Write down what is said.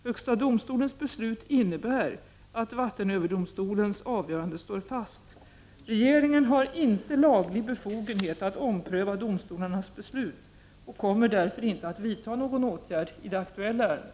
Högsta domstolens beslut innebär att vattenöverdomstolens avgörande står fast. Regeringen har inte laglig befogenhet att ompröva domstolarnas beslut och kommer därför inte att vidta någon åtgärd i det aktuella ärendet.